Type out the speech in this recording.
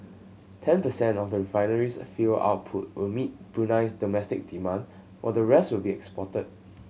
ten percent of the refinery's fuel output will meet Brunei's domestic demand while the rest will be exported